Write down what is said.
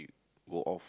go off